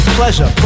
pleasure